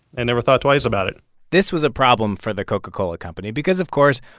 and never thought twice about it this was a problem for the coca-cola company because, of course,